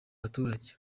baturage